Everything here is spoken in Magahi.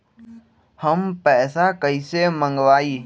हम पैसा कईसे मंगवाई?